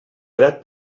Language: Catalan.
creat